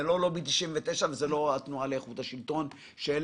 זה כבר לא "לובי 99" והתנועה לאיכות השלטון שאלה